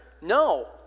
No